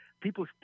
people